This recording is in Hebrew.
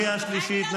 קריאה שלישית.